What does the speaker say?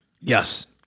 Yes